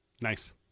Nice